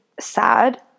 sad